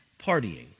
partying